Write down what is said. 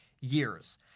years